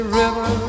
river